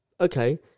okay